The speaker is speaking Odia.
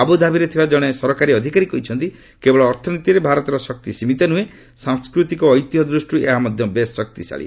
ଆବୁଧାବିରେ ଥିବା ଜଣେ ସରକାରୀ ଅଧିକାରୀ କହିଛନ୍ତି କେବଳ ଅର୍ଥନୀତିରେ ଭାରତର ଶକ୍ତି ସୀମିତ ନୁହେଁ ସାଂସ୍କୃତିକ ଓ ଐତିହ୍ୟ ଦୃଷ୍ଟିରୁ ଏହା ମଧ୍ୟ ବେଶ୍ ଶକ୍ତିଶାଳୀ